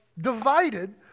divided